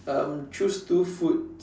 um choose two food